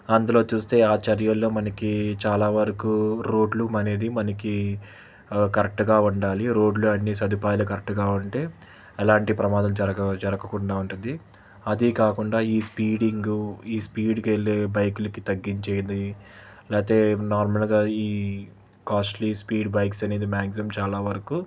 అందులో చూస్తే ఆ చర్యల్లో మనకి చాలా వరకు రోడ్లు మనేది మనకి కరెక్ట్గా ఉండాలి రోడ్లు అన్నీ సదుపాయాలు కరెక్ట్గా ఉంటే ఎలాంటి ప్రమాదాలు జరగ జరగకుండా ఉంటుంది అదీ కాకుండా ఈ స్పీడింగు ఈ స్పీడ్గా వెళ్ళే బైకులకి తగ్గించేది లేతే నార్మల్గా ఈ కాస్ట్లీ స్పీడ్ బైక్స్ అనేది మ్యాగ్జిమమ్ చాలా వరకు